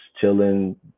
chilling